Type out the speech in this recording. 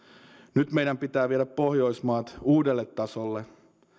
nyt meidän pitää viedä pohjoismaat uudelle tasolle